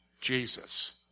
Jesus